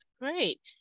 Great